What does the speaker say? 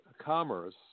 commerce